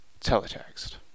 Teletext